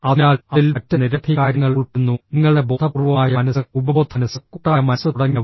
അതിനാൽ അതിൽ മറ്റ് നിരവധി കാര്യങ്ങൾ ഉൾപ്പെടുന്നു നിങ്ങളുടെ ബോധപൂർവമായ മനസ്സ് ഉപബോധമനസ്സ് കൂട്ടായ മനസ്സ് തുടങ്ങിയവ